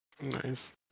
Nice